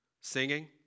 Singing